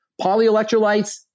Polyelectrolytes